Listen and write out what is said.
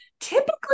typically